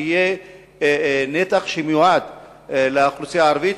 שיהיה נתח שמיועד לאוכלוסייה הערבית,